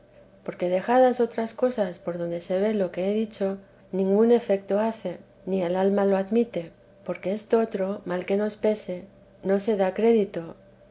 porque dejadas otras cosas por donde se ve lo que he dicho ningún efecto hace ni el alma lo admite porque estotro mal que nos pese y no se da crédito